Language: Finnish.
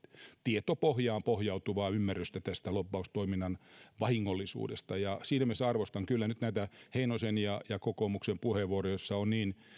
tietopohjaan pohjautuvaa ymmärrystä tästä lobbaustoiminnan vahingollisuudesta siinä mielessä arvostan kyllä nyt näitä heinosen ja ja kokoomuksen puheenvuoroja joissa on niin